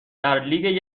لیگ